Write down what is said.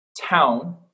town